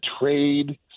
trade